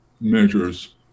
measures